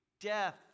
death